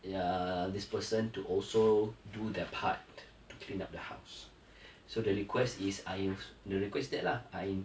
ya this person to also do their part to clean up the house so the request is I u~ the request is that lah I